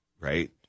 right